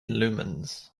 lumens